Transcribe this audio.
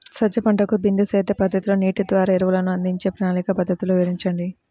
సజ్జ పంటకు బిందు సేద్య పద్ధతిలో నీటి ద్వారా ఎరువులను అందించే ప్రణాళిక పద్ధతులు వివరించండి?